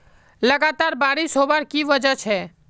लगातार बारिश होबार की वजह छे?